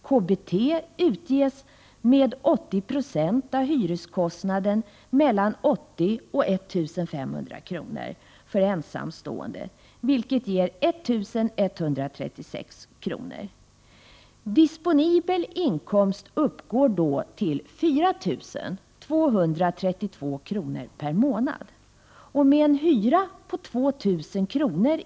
KBT utges med 80 26 av en hyreskostnad på mellan 80 kr. och 1 500 kr. för ensamstående, vilket ger 1 136 kr. Disponibel inkomst uppgår då till 4 232 kr. per månad. Med en hyra på 2 000 kr.